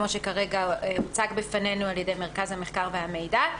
כמו שכרגע הוצג בפנינו על ידי מרכז המחקר והמידע.